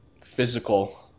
physical